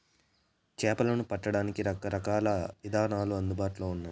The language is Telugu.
చేపలను పట్టడానికి రకరకాల ఇదానాలు అందుబాటులో ఉన్నయి